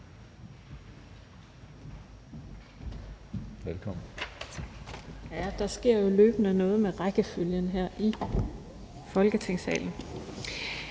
(SF): Ja, der sker jo løbende noget med rækkefølgen her i Folketingssalen.